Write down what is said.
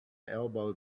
elbowed